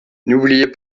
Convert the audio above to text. n’oubliez